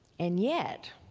and yet,